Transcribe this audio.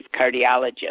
cardiologist